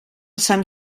sant